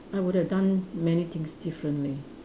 I would have done many things differently